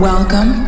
Welcome